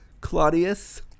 Claudius